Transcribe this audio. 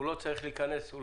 הוא לא צריך לדעת